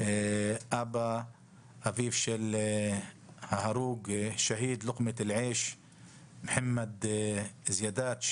אביו של ההרוג השהיד מחמד זיאדאת,